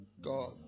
God